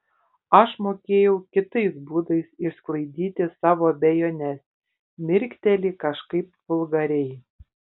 aš mokėjau kitais būdais išsklaidyti savo abejones mirkteli kažkaip vulgariai